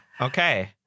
okay